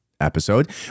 episode